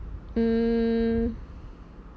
mm